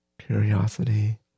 curiosity